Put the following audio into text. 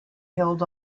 held